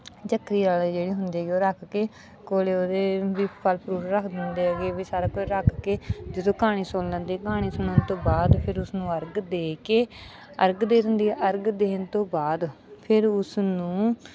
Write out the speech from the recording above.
ਝੱਖਰੀ ਵਾਲੇ ਜਿਹੜੇ ਹੁੰਦੇ ਹੈਗੇ ਉਹ ਰੱਖ ਕੇ ਕੋਲ ਉਹਦੇ ਵੀ ਫਲ ਫਰੂਟ ਰੱਖ ਦਿੰਦੇ ਹੈਗੇ ਵੀ ਸਾਰਾ ਕੁਝ ਰੱਖ ਕੇ ਜਦੋਂ ਕਹਾਣੀ ਸੁਣ ਲੈਂਦੇ ਕਹਾਣੀ ਸੁਣਨ ਤੋਂ ਬਾਅਦ ਫਿਰ ਉਸਨੂੰ ਅਰਗ ਦੇ ਕੇ ਅਰਗ ਦੇ ਦਿੰਦੀ ਹੈ ਅਰਗ ਦੇਣ ਤੋਂ ਬਾਅਦ ਫਿਰ ਉਸ ਨੂੰ